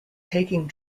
taking